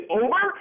over